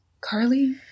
Carly